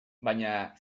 baina